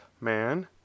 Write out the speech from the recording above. man